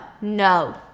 No